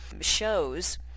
shows